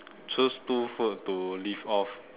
choose two food to live of